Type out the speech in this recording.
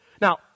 now